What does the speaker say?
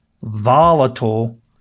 volatile